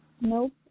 Nope